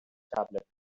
tablet